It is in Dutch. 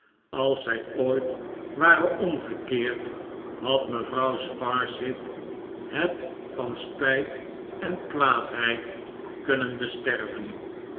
als zij ooit ware omgekeerd had mevrouw sparsit het van spijt en kwaadheid kunnen besterven